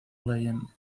legend